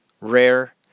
Rare